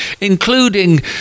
including